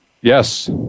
Yes